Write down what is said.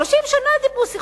30 שנה דיברו,